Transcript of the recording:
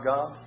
God